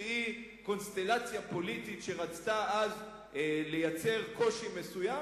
קונסטלציה פוליטית שרצתה אז לייצר קושי מסוים,